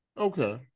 Okay